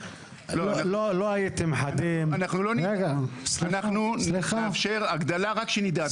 לא הייתם חדים --- אנחנו נאפשר הגדלה רק שנדע.